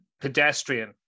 Pedestrian